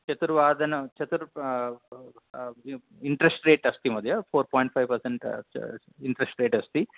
चतुर्वादन चतुर् इण्ट्रेस्ट्रेट् अस्ति महोदय four point five percent interest rate अस्ति